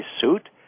suit